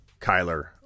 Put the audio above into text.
Kyler